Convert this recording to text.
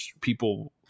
people